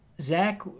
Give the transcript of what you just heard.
Zach